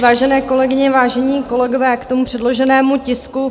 Vážené kolegyně, vážení kolegové, k tomu předloženému tisku.